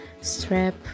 strap